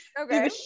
Okay